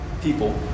people